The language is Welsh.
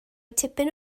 tipyn